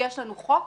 יש לנו חוק,